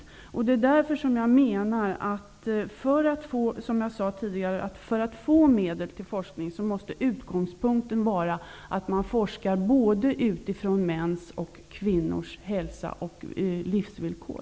För att få medel till forskning måste utgångspunkten vara att man forskar utifrån både mäns och kvinnors hälsa och livsvillkor.